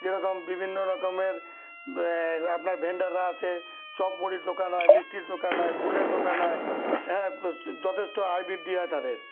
যেরকম বিভিন্ন রকমের আপনার ভেন্ডাররা আসে চপ মুড়ির দোকান হয় মিষ্টির দোকান হয় ফুলের দোকান হয় হ্যাঁ যথেষ্ট আয় বৃদ্ধি হয় তাদের